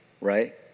Right